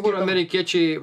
kur amerikiečiai